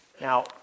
Now